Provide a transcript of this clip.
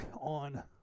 on